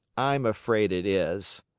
i'm afraid it is.